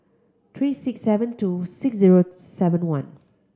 three six seven two six zero seven one